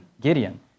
Gideon